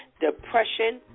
depression